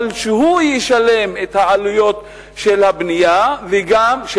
אבל הוא ישלם את העלויות של הבנייה וגם של